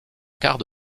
quart